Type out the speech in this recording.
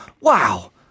Wow